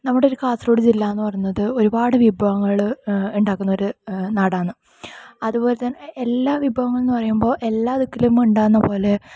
നമ്മുടെ ഒര് കാസർഗോഡ് ജില്ല എന്നുപറയുന്നത് ഒരുപാട് വിഭവങ്ങള് ഉണ്ടാക്കുന്ന ഒര് നാടാണ് അതുപോലെ തന്നെ എല്ലാ വിഭവങ്ങള് എന്നു പറയുമ്പോൾ എല്ലാ ദിക്കിലും ഉണ്ടാവുന്ന പോലെ